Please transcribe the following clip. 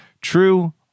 True